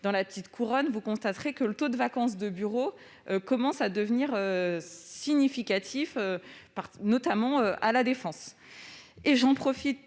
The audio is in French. dans la petite couronne, vous constaterez que le taux de vacance des bureaux commence à être significatif, notamment à La Défense.